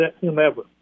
whomever